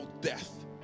death